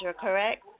correct